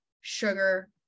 sugar